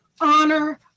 Honor